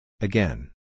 Again